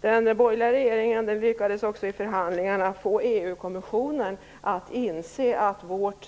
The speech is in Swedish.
Den borgerliga regeringen lyckades också i förhandlingarna få EU-kommissionen att inse att det var bra med vårt